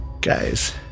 Guys